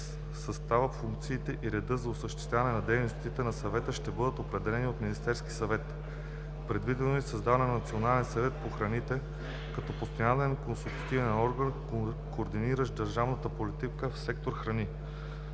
Съставът, функциите и редът за осъществяване на дейността на Съвета ще бъдат определени от Министерския съвет. Предвидено е и създаването на Национален съвет по храните като постоянен консултативен орган, координиращ държавната политика в сектор „Храни”,